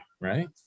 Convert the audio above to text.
right